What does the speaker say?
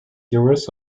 series